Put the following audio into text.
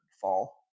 fall